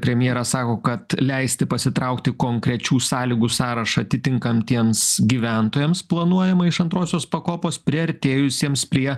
premjeras sako kad leisti pasitraukti konkrečių sąlygų sąrašą atitinkantiems gyventojams planuojama iš antrosios pakopos priartėjusiems prie